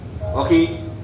okay